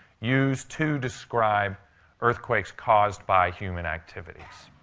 use to describe earthquakes caused by human activities.